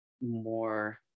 more